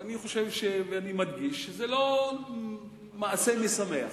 ואני מדגיש שזה לא מעשה משמח.